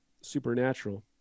supernatural